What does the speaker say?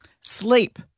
Sleep